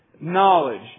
knowledge